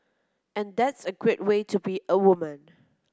and that's a great way to be a woman